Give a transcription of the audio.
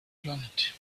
planet